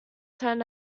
ten